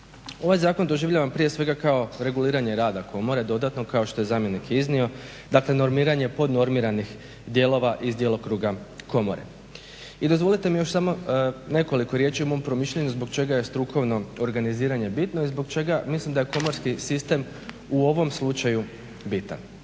Ovaj zakon doživljavam prije svega kao reguliranje rada Komore dodatno kao što je zamjenik i iznio, dakle normiranje podnormiranih dijelova iz djelokruga Komore. I dozvolite mi još samo nekoliko riječi o mom promišljanju zbog čega je strukovno organiziranje bitno i zbog čega mislim da je komorski sistem u ovom slučaju bitan.